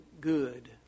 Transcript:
good